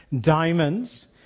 diamonds